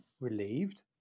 relieved